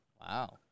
Wow